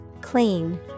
Clean